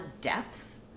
depth